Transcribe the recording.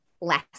less